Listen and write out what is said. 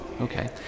okay